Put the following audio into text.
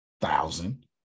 Thousand